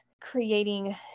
creating